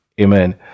amen